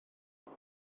beth